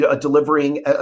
delivering